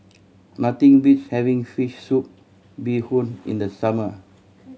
nothing beats having fish soup bee hoon in the summer